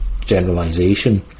generalization